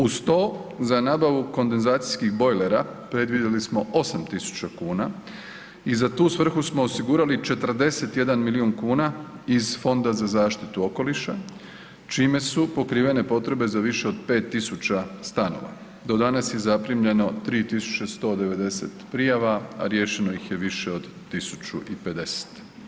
Uz to za nabavu kondenzacijskih bojlera predvidjeli smo 8.000 kuna i za tu svrhu smo osigurali 41 milion kuna iz Fonda za zaštitu okoliša čime su pokrivene potrebe za više od 5.000 stanova, do danas je zaprimljeno 3.190 prijava, a riješeno iz je više od 1.050.